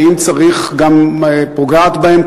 ואם צריך גם פוגעת בהם,